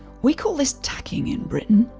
we call this tacking in britain.